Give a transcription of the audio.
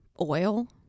oil